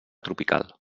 tropical